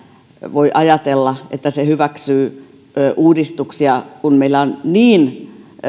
voi ajatella että se hyväksyy uudistuksia kun meillä on niin